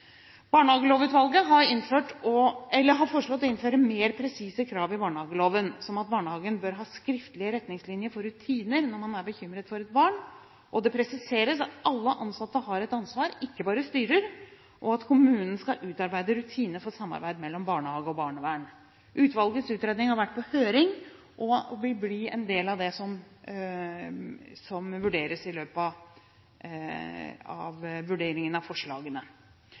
har foreslått å innføre mer presise krav i barnehageloven, som at barnehagen bør ha skriftlige retningslinjer for rutiner når man er bekymret for et barn, og det presiseres at alle ansatte har et ansvar, ikke bare styrer, og at kommunen skal utarbeide rutiner for samarbeid mellom barnehage og barnevern. Utvalgets utredning har vært på høring og vil bli en del av det som vurderes i forbindelse med forslagene. NOVA har vist at i 2008 hadde 61 pst. av